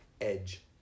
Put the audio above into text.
Edge